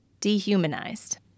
dehumanized